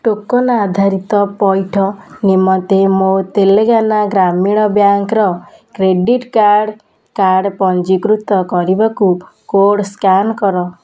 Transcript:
token ଆଧାରିତ ପଇଠ ନିମନ୍ତେ ମୋ ତେଲେଙ୍ଗାନା ଗ୍ରାମୀଣ ବ୍ୟାଙ୍କ୍ର କ୍ରେଡ଼ିଟ୍ କାର୍ଡ଼୍ କାର୍ଡ଼୍ ପଞ୍ଜୀକୃତ କରିବାକୁ କୋର୍ଡ଼୍ ସ୍କାନ୍ କର